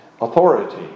authority